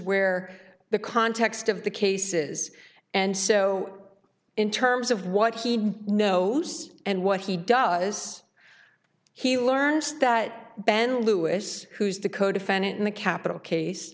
where the context of the cases and so in terms of what he knows and what he does he learns that ben lewis who's the codefendant in the capital case